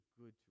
good